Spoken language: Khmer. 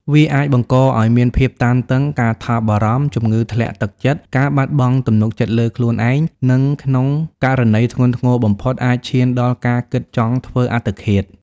វាអាចបង្កឲ្យមានភាពតានតឹង ការថប់បារម្ភ ជំងឺធ្លាក់ទឹកចិត្ត ការបាត់បង់ទំនុកចិត្តលើខ្លួនឯង និងក្នុងករណីធ្ងន់ធ្ងរបំផុត អាចឈានដល់ការគិតចង់ធ្វើអត្តឃាត។